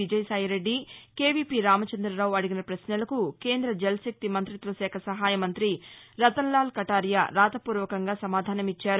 విజయసాయిరెడ్డి కేవీపీ రామచంద్రరావు అడిగిన పశ్నలకు కేంద్ర జల్శక్తి మంత్రిత్వశాఖ సహాయ మంత్రి రతస్లాల్ కటారియా రాతపూర్వకంగా సమాధానమిచ్చారు